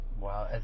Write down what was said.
wow